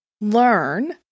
learn